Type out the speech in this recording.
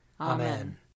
Amen